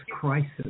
crisis